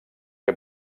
que